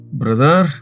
brother